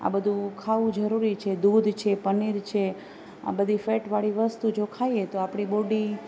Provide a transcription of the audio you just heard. આ બધું ખાવું જરૂરી છે દૂધ છે પનીર છે આ બધી ફેટવાળી વસ્તુ જો ખાઈએ તો આપણી બોડી